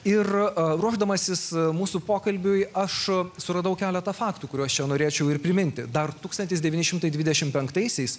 ir ruošdamasis mūsų pokalbiui aš suradau keletą faktų kuriuos čia norėčiau ir priminti dar tūkstantis devyni šimtai dvidešimt penktaisiais